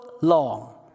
long